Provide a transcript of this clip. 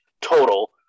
total